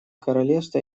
королевство